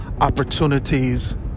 opportunities